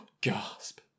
Gasp